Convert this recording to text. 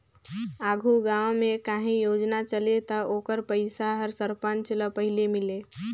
आघु गाँव में काहीं योजना चले ता ओकर पइसा हर सरपंच ल पहिले मिले